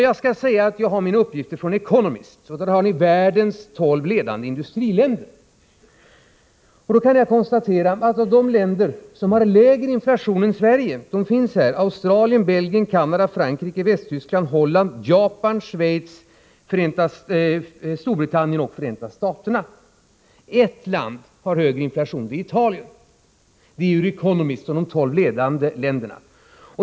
Jag har mina uppgifter från Economist, och de gäller världens tolv ledande industriländer. De länder som har lägre inflation än Sverige är Australien, Belgien, Canada, Frankrike, Västtyskland, Holland, Japan, Schweiz, Storbritannien och Förenta staterna. Ett land har högre inflation — det är Italien. Uppgiften är alltså ur Economist och gäller de tolv ledande länderna.